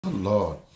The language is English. Lord